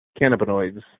cannabinoids